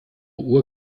uhr